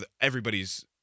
everybody's